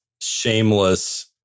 shameless